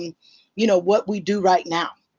and you know, what we do right now.